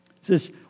says